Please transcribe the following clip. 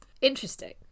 Interesting